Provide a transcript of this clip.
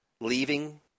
leaving